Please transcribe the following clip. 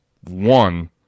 one